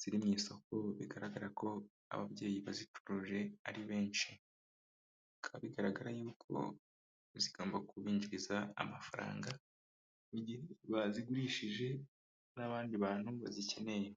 ziri mu isoko, bigaragara ko ababyeyi bazicuruje ari benshi. Bikaba bigaragara y'uko zigomba kubinjiriza amafaranga, igihe bazigurishije n'abandi bantu bazikeneye.